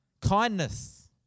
Kindness